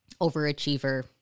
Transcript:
overachiever